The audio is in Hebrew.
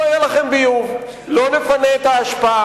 לא יהיה לכם ביוב, לא נפנה את האשפה,